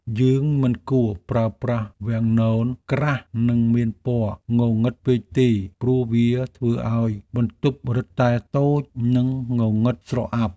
យើងមិនគួរប្រើប្រាស់វាំងននក្រាស់និងមានពណ៌ងងឹតពេកទេព្រោះវាធ្វើឱ្យបន្ទប់រឹតតែតូចនិងងងឹតស្រអាប់។